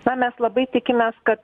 na mes labai tikimės kad